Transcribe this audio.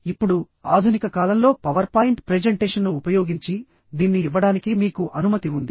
ఇప్పుడు ఆధునిక కాలంలో పవర్ పాయింట్ ప్రెజెంటేషన్ను ఉపయోగించి దీన్ని ఇవ్వడానికి మీకు అనుమతి ఉంది